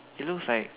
it's looks like